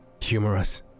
Humorous